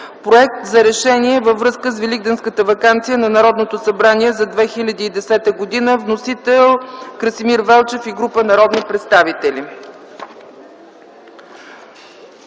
Проект за решение във връзка с Великденската ваканция на Народното събрание за 2010 г. Вносители са Красимир Велчев и група народни представители.